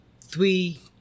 three